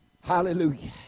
hallelujah